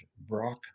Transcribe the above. Brock